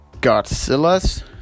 Godzilla's